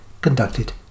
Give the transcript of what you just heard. conducted